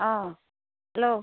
অঁ হেল্ল'